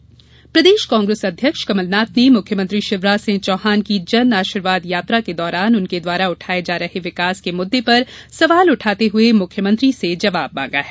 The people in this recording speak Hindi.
कमलनाथ विरोध प्रदेश कांग्रेस अध्यक्ष कमलनाथ ने मुख्यमंत्री शिवराज सिंह चौहान की जन आशीर्वाद यात्रा के दौरान उनके द्वारा उठाए जा रहे विकास के मुद्दे पर पर सवाल उठाते हुए मुख्यमंत्री से जवाब मांगा है